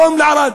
מיליונים.